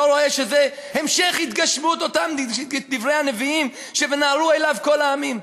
לא רואה שזה המשך התגשמות אותם דברי הנביאים של ונהרו אליו כל העמים,